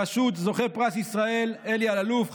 בראשות זוכה פרס ישראל אלי אלאלוף,